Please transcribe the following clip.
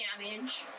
damage